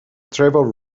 trevor